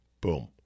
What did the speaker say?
Boom